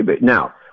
now